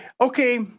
okay